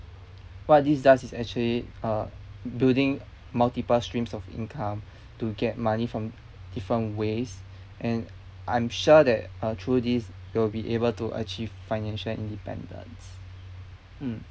what this does is actually uh building multiple streams of income to get money from different ways and I'm sure that uh through this you'll be able to achieve financial independence mm